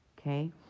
Okay